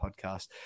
podcast